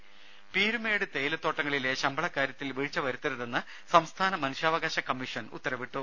രദര പീരുമേട് തേയിലത്തോട്ടങ്ങളിലെ ശമ്പളക്കാര്യത്തിൽ വീഴ്ച വരുത്തരുതെന്ന് സംസ്ഥാന മനുഷ്യാവകാശ കമ്മീഷൻ ഉത്തരവിട്ടു